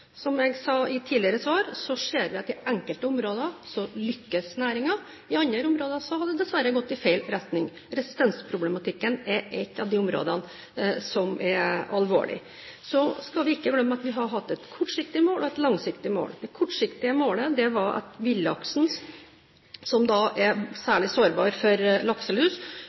Som jeg sa i tidligere svar, ser vi at i enkelte områder lykkes næringen, i andre områder har det dessverre gått i feil retning. Resistensproblematikken er et av de områdene som er alvorlig. Så skal vi ikke glemme at vi har hatt et kortsiktig mål og et langsiktig mål. Det kortsiktige målet var at når villlaksen, som er særlig sårbar for lakselus,